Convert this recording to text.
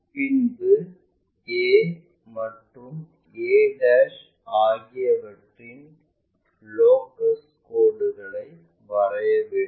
பின்பு a மற்றும் a ஆகியவற்றின் லோக்கல் கோடுகளை வரைய வேண்டும்